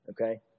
Okay